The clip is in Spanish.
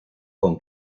con